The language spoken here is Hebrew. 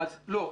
לא.